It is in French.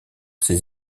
ses